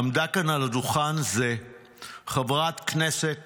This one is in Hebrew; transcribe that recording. עמדה כאן על דוכן זה חברת כנסת